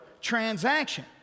transaction